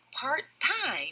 part-time